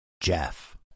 Jeff